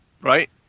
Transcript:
Right